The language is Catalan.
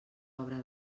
obra